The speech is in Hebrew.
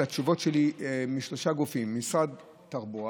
התשובות שלי משלושה גופים: משרד התחבורה,